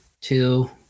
two